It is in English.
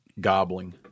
gobbling